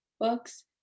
books